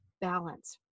balance